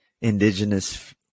indigenous